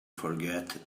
forget